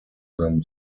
them